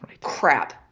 crap